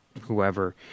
whoever